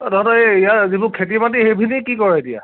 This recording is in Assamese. অঁ তহঁতৰ এই ইয়াৰ যিবোৰ খেতি মাটি সেইখিনি কি কৰে এতিয়া